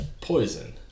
poison